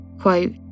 Quote